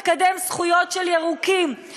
למי שמקדם זכויות של ירוקים,